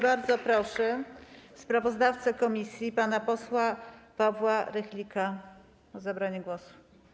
Bardzo proszę sprawozdawcę komisji pana posła Pawła Rychlika o zabranie głosu.